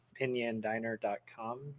pinyandiner.com